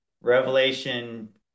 Revelation